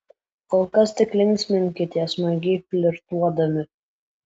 kol kas tik linksminkitės smagiai flirtuodami